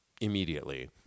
immediately